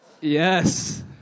Yes